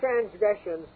transgressions